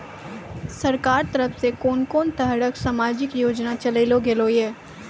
सरकारक तरफ सॅ कून कून तरहक समाजिक योजना चलेली गेलै ये?